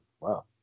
Wow